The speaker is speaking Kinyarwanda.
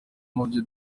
mubyo